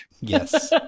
Yes